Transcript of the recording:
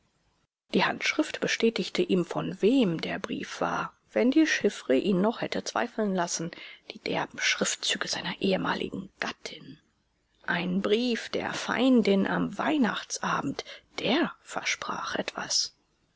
die handschrift bestätigte ihm von wem der brief war wenn die chiffre ihn noch hätte zweifeln lassen die derben schriftzüge seiner ehemaligen gattin ein brief der feindin am weihnachtsabend der versprach etwas